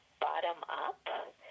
bottom-up